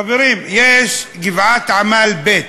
חברים, יש גבעת-עמל ב',